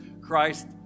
Christ